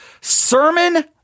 Sermon